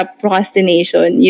procrastination